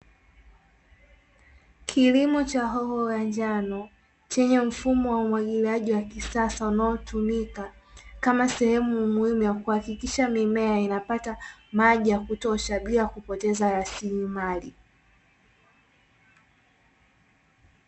Kilimo cha hoho ya njano, chenye mfumo wa umwagiliaji wa kisasa unaotumika kama sehemu muhimu ,ya kuhakikisha mimea inapata maji ya kutosha bila kupoteza rasilimali.